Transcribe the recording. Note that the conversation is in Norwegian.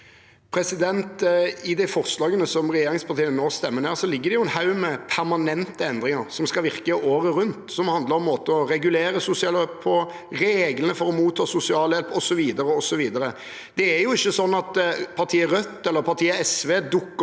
I det forslaget som regjeringspartiene nå stemmer ned, ligger det en haug med permanente endringer som skal virke året rundt, og som handler om måter å regulere sosialhjelp på, reglene for å motta sosialhjelp osv. Det er ikke sånn at Rødt eller SV dukker